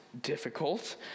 difficult